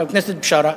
חבר הכנסת בשארה,